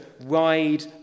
ride